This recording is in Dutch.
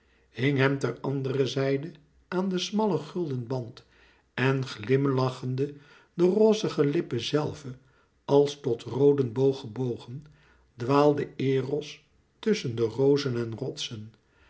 hing hem ter ander zijde aan den smallen gulden band en glimlachende de rozige lippen zelve als tot rooden boog gebogen dwaalde eros tusschen de rozen en rotsen